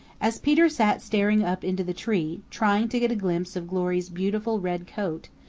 as peter sat staring up into the tree, trying to get a glimpse of glory's beautiful red coat,